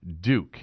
Duke